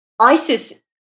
Isis